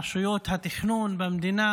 רשויות התכנון במדינה